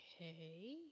Okay